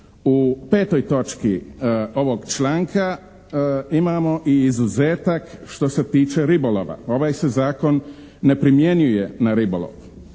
u 5. točki ovog članka imamo i izuzetak što se tiče ribolova. Ovaj se zakon ne primjenjuje na ribolov.